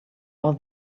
all